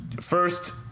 First